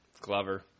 Glover